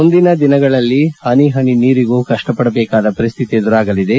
ಮುಂದಿನ ದಿನಗಳಲ್ಲಿ ಹನಿ ನೀರಿಗೂ ಕಷ್ಟಪಡಬೇಕಾದ ಪರಿಶ್ಠಿತಿ ಎದುರಾಗಲಿದೆ